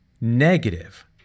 negative